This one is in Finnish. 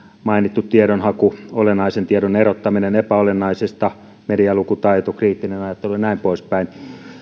mainittu tiedonhaku olennaisen tiedon erottaminen epäolennaisesta medialukutaito kriittinen ajattelu ja näin poispäin